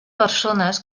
persones